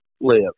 live